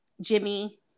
Jimmy